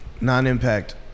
Non-impact